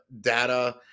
data